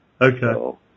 Okay